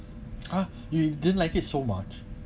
ah you didn't like it so much